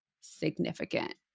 significant